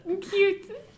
Cute